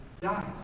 dies